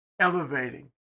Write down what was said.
elevating